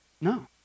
No